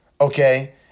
okay